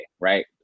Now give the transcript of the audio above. right